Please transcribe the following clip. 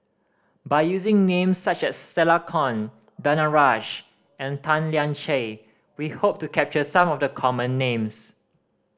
by using names such as Stella Kon Danaraj and Tan Lian Chye We hope to capture some of the common names